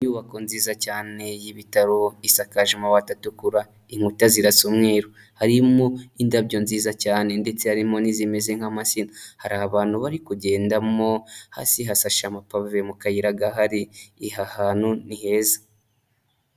Inyubako nziza cyane y'ibitaro isakaje amabati atukura, inkuta zirasa umweru harimo indabyo nziza cyane, ndetse harimo n'izimeze nk'amazina, hari abantu bari kugendamo, hasi hasashe amapave mu kayira gahari, aha hantu ni heza.